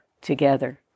together